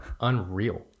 unreal